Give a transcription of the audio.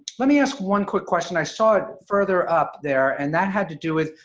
let me ask one quick question. i saw it further up there, and that had to do with,